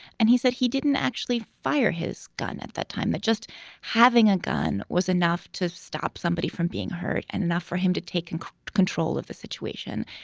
and he said he didn't actually fire his gun at that time, that just having a gun was enough to stop somebody from being hurt and enough for him to take and control of the situation.